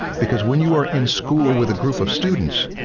because when you are in school with a group of students,